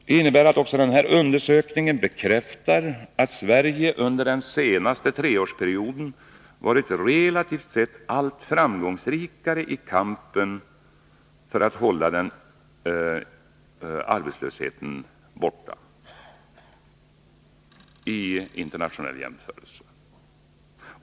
Det innebär att också den här undersökningen bekräftar att Sverige under den senaste treårsperioden varit relativt sett allt framgångsrikare i kampen för att hålla arbetslösheten borta, i internationell jämförelse.